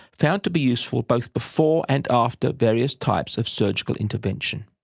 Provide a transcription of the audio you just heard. found to be useful both before and after various types of surgical intervention.